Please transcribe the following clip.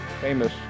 famous